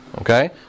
okay